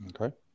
Okay